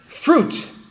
Fruit